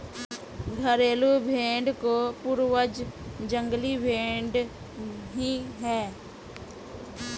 घरेलू भेंड़ के पूर्वज जंगली भेंड़ ही है